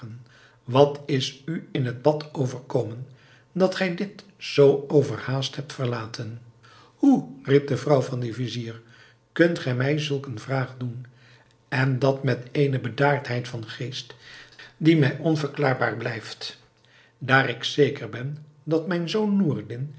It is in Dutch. wat is u in het bad overkomen dat gij dit zoo overhaast hebt verlaten hoe riep de vrouw van den vizier kunt gij mij zulk eene vraag doen en dat met eene bedaardheid van geest die mij onverklaarbaar blijft daar ik zeker ben dat mijn zoon noureddin